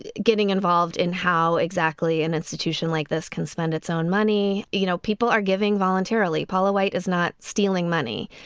and getting involved in how exactly an institution like this can spend its own money you know people are giving voluntarily paula white is not stealing money.